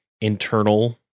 internal